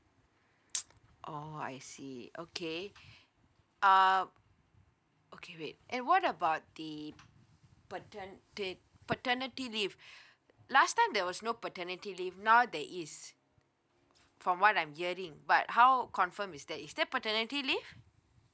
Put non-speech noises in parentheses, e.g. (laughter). (noise) oh I see okay (breath) um okay wait and what about the pater~ paternity leave (breath) last time there was no paternity leave now there is from what I'm hearing but how confirm is that is there paternity leave